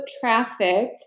traffic